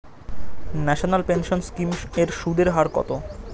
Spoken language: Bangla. ন্যাশনাল পেনশন স্কিম এর সুদের হার কত?